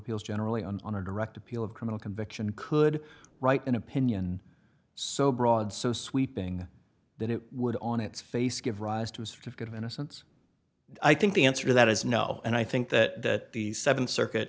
appeals generally and on a direct appeal of criminal conviction could write an opinion so broad so sweeping that it would on its face give rise to a certificate of innocence i think the answer to that is no and i think that the th circuit